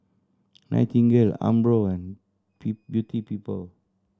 Nightingale Umbro and Beauty People